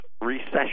recession